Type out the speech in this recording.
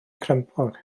crempog